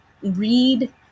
read